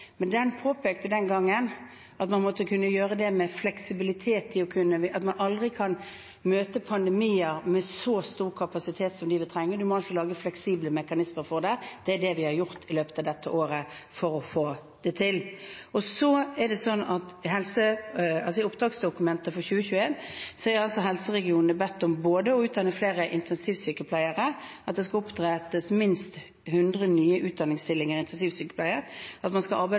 men den påpekte den gangen at man måtte kunne gjøre det med fleksibilitet. Man kan aldri møte pandemier med så stor kapasitet som man vil trenge, man må lage fleksible mekanismer for det, og det er det vi har gjort i løpet av dette året for å få det til. I oppdragsdokumentet for 2021 er helseregionene bedt om både å utdanne flere intensivsykepleiere, at det skal opprettes minst 100 nye utdanningsstillinger i intensivsykepleie, at man skal arbeide